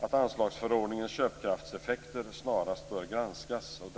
att anslagsförordningens köpkraftseffekter snarast bör granskas för att bringa klarhet i de akuta försvarsekonomiska problemen.